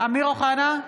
אמיר אוחנה,